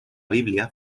biblia